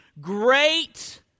great